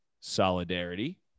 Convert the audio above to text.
solidarity